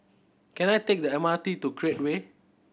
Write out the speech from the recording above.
can I take the M R T to Create Way